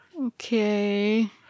okay